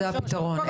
זה הפתרון,